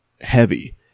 heavy